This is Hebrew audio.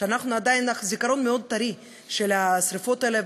כשאנחנו עדיין עם זיכרון מאוד טרי של השרפות האלה,